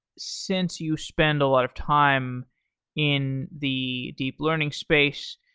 since you spend a lot of time in the deep learning space,